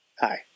Hi